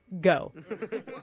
Go